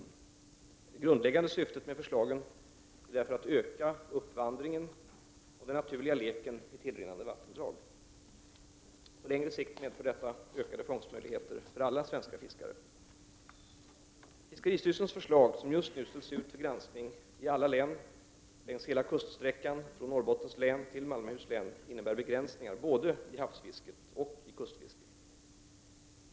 Det grundläggande syftet med förslagen är därför att öka uppvandringen och den naturliga leken i tillrinnande vattendrag. På längre sikt medför detta ökade fångstmöjligheter för alla svenska fiskare. Fiskeristyrelsens förslag, som just nu ställs ut för granskning i alla län längs hela kuststräckan från Norrbottens län till Malmöhus län, innebär begränsningar både i havsfisket och i kustfisket.